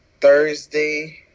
Thursday